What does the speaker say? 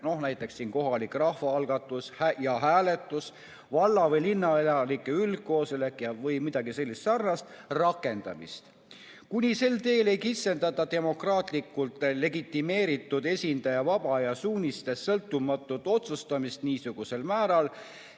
näiteks kohalik rahvaalgatus ja ‑hääletus, valla- või linnaelanike üldkoosolek vm, rakendamist, kuni sel teel ei kitsendata demokraatlikult legitimeeritud esindaja vaba ja suunistest sõltumatut otsustamist niisugusel määral,